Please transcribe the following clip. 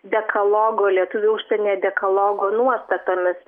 dekalogo lietuvių užsienyje dekalogo nuostatomis